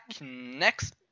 next